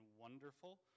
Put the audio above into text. wonderful